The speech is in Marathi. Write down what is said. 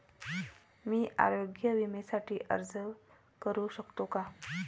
मी आरोग्य विम्यासाठी अर्ज करू शकतो का?